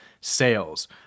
sales